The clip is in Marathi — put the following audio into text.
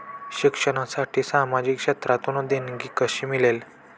शिक्षणासाठी सामाजिक क्षेत्रातून देणगी कशी मिळेल?